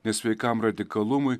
nesveikam radikalumui